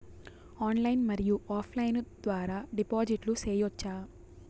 Online మరియు offline ద్వారా డిపాజిట్లు సేయొచ్చా?